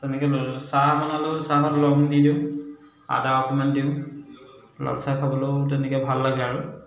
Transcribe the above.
তেনেকৈ চাহ বনালেও চাহত লং দি দিওঁ আদা অকণমান দিওঁ লাল চাহ খাবলৈও তেনেকৈ ভাল লাগে আৰু